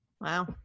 Wow